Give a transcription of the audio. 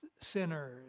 sinners